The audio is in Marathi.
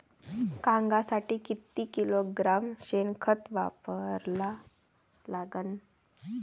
कांद्यासाठी किती किलोग्रॅम शेनखत वापरा लागन?